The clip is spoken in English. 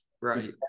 Right